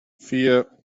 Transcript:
vier